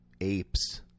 apes